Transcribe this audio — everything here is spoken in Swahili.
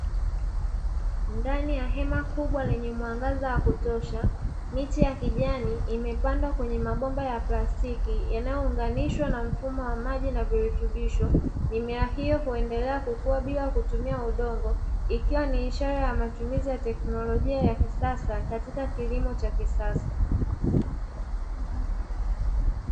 Ndani ya hema kubwa lenye mwanga wa kutosha, miti ya kijani imepandwa kwenye mabomba ya plastiki yanayounganishwa na mfumo wa maji na virutubisho. Njia hiyo huendelea kukua bila kutumia udongo, ikiwa ni ishara ya matumizi ya teknolojia ya kisasa katika kilimo cha kisasa.